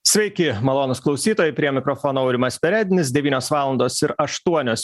sveiki malonūs klausytojai prie mikrofono aurimas perednis devynios valandos ir aštuonios